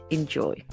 Enjoy